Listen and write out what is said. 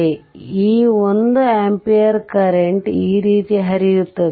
ಆದ್ದರಿಂದ ಈ 1 ampere current ಈ ರೀತಿ ಹರಿಯುತ್ತದೆ